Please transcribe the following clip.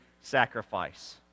sacrifice